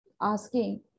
asking